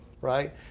right